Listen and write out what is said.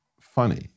funny